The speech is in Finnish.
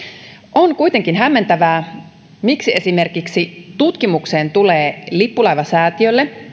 on kuitenkin hämmentävää miksi esimerkiksi tutkimukseen tulee lippulaivasäätiölle